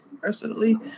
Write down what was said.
personally